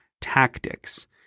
tactics